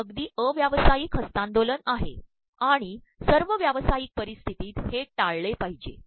हे अगदी अव्यावसातयक हस्त्तांदोलन आहे आणण सवय व्यावसातयक पररप्स्त्र्तीत हे िाळलेपाद्रहजे